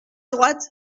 droite